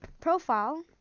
profile